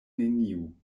neniu